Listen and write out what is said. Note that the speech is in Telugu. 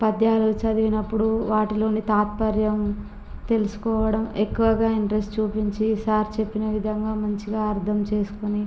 పద్యాలు చదివినప్పుడు వాటిలోని తాత్పర్యం తెలుసుకోవడం ఎక్కువగా ఇంట్రెస్ట్ చూపించి సార్ చెప్పిన విధంగా మంచిగా అర్ధం చేసుకొని